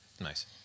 Nice